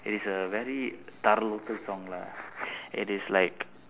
it's a very தர:thara local song lah it is like